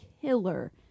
killer